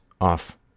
off